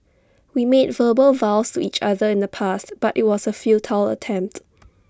we made verbal vows to each other in the past but IT was A futile attempt